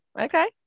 okay